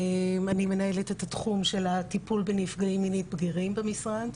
אני מנהלת את התחום של הטיפול בנפגעים מינית בגירים במשרד,